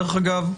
דרך אגב,